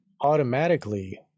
automatically